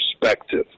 perspective